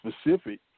specific